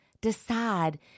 decide